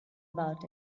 about